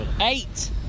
eight